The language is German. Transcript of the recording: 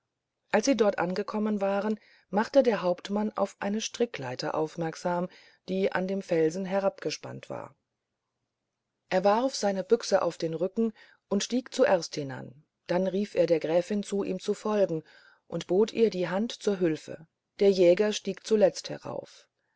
als sie dort angekommen waren machte der hauptmann auf eine strickleiter aufmerksam die an dem felsen herabgespannt war er warf seine büchse auf den rücken und stieg zuerst hinan dann rief er der gräfin zu ihm zu folgen und bot ihr die hand zur hülfe der jäger stieg zuletzt herauf